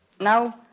Now